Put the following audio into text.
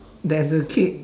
there's a kid